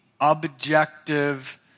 objective